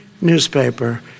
newspaper